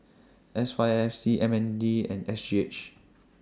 S Y F C M N D and S G H